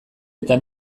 eta